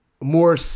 more